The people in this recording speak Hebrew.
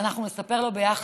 אז אנחנו נספר לו ביחד.